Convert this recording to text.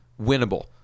winnable